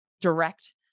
direct